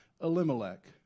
Elimelech